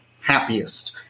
happiest